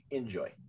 enjoy